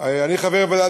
אני חבר בוועדה